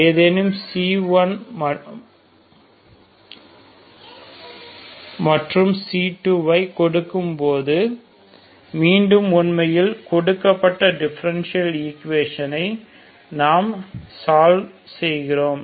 எதேனும் C1 மற்றும் C2 ஐ கொடுக்கும் பொது மற்றும் உண்மையில் கொடுக்கப்பட்ட டிஃபரண்டியல் ஈக்குவேஷன்ஸ்னை சால்வ் செய்கிறோம்